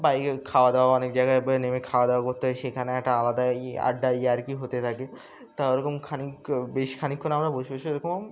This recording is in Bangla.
বাইকে খাওয়া দাওয়া অনেক জায়গায় নেমে খাওয়া দাওয়া করতে হয় সেখানে একটা আলাদা ই আড্ডা ইয়ার্কি হতে থাকে তা ওরকম খানিক বেশ খানিকক্ষণ আমরা বসে বসে এরকম